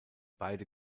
beide